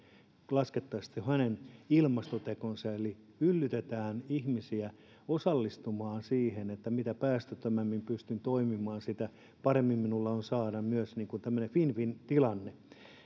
laskettaisiin hänen ilmastoteokseen eli yllytetään ihmisiä osallistumaan siihen niin että mitä päästöttömämmin pystyn toimimaan sitä parempi minun on saada myös tämmöinen win win tilanne